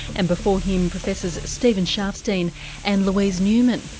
and before him professors steven sharfstein and louise newman.